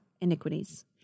iniquities